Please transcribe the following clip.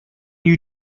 you